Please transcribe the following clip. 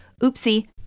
oopsie